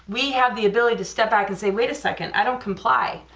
we have the ability to step back and say wait a second, i don't comply,